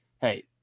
hey